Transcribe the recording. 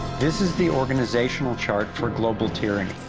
this is the organizational chart for global tyranny,